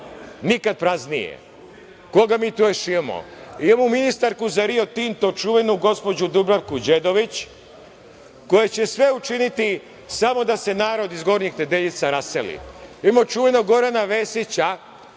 nikada praznije. Koga mi to još imamo? Imamo ministarku za Rio Tinto čuvenu gospođu Dubravku Đedović, koja će sve učiniti samo da se narod iz Gornjih Nedeljica raseli. Imamo čuvenog Gorana Vesića,